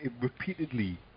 repeatedly